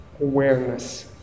awareness